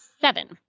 seven